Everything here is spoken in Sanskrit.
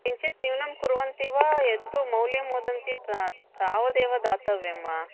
किञ्चित् न्यूनं कुर्वन्ति वा यद् मौल्यं वदन्ति तावदेव दातव्यं वा